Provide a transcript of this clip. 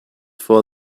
for